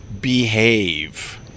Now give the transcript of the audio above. behave